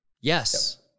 Yes